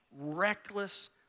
reckless